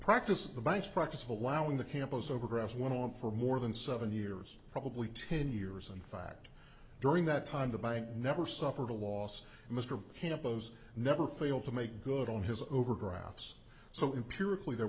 practice the banks practice of allowing the campus overdraft went on for more than seven years probably ten years in fact during that time the bank never suffered a loss and mr campos never failed to make good on his over graphs so